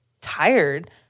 tired